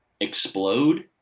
explode